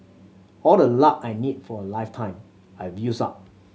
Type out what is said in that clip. all the luck I need for a lifetime I've used up